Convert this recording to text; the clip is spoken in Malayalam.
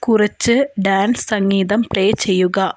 കുറച്ച് ഡാൻസ് സംഗീതം പ്ലേ ചെയ്യുക